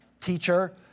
teacher